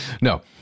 No